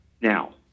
Now